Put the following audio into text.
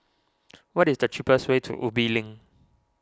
what is the cheapest way to Ubi Link